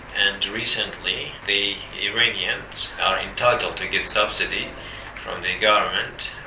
and recently the iranians are entitled to get subsidy from the government